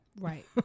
right